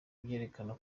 byerekana